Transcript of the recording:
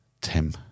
Tim